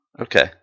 Okay